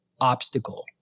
obstacle